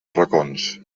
racons